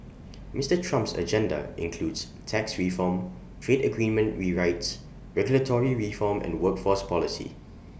Mister Trump's agenda includes tax reform trade agreement rewrites regulatory reform and workforce policy